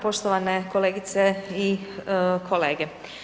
Poštovane kolegice i kolege.